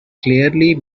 clearly